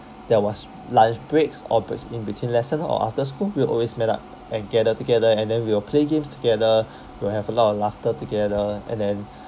there was lunch breaks or breaks in between lesson or after school we'll always met up and gather together and then we will play games together we'll have a lot of laughter together and then